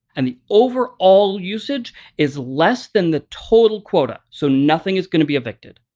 and the overall usage is less than the total quota, so nothing is going to be evicted.